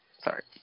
Sorry